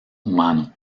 humano